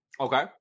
Okay